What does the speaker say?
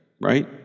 right